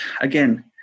again